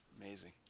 Amazing